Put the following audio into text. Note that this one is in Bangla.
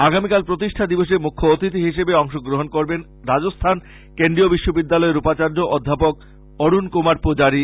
আগামীকাল প্রতিষ্ঠা দিবসে মৃখ্য অতিথি হিসেবে অংশ গ্রহন করবেন রাজস্থান কেন্দ্রীয় বিশ্ববিদ্যালয়ের উপাচার্য্য অধ্যাপক অরুন কুমার পুজারী